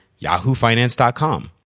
yahoofinance.com